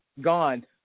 Gone